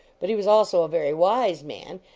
but he was also a very wise man,